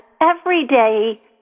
everyday